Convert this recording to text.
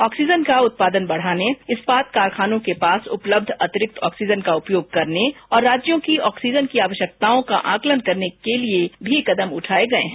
oxygen का उत्पादन बढ़ाने इस्पात कारखानों के पास उपलब्ध अतिरिक्त ऑक्सीजन का उपयोग करने और राज्यों की ऑक्सीजन की आवश्यकताओं का आकलन करने के लिए भी कदम उठाये गये हैं